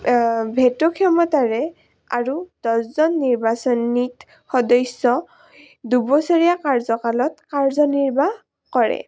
ভেটক ক্ষমতাৰে আৰু দহজন নিৰ্বাচনীত সদস্য দুবছৰীয়া কাৰ্যকালত কাৰ্যনিৰ্বাহ কৰে